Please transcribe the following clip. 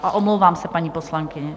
A omlouvám se, paní poslankyně.